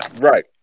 Right